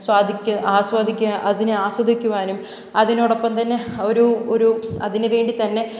ആസ്വദിക്കാന് അതിനെ ആസ്വദിക്കുവാനും അതിനോടൊപ്പം തന്നെ ഒരു ഒരു അതിന് വേണ്ടി തന്നെ